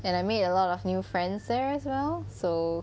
and I made a lot of new friends there as well so